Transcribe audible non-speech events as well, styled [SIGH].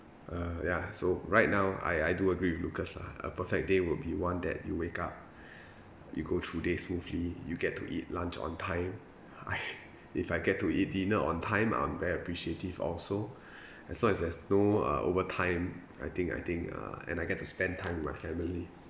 uh ya so right now I I do agree with lucas lah a perfect day would be one that you wake up [BREATH] you go through days smoothly you get to eat lunch on time I if I get to eat dinner on time I'm very appreciative also [BREATH] as long as there's no uh overtime I think I think uh and I get to spend time with my family